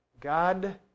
God